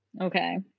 Okay